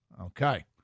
Okay